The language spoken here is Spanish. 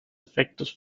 efectos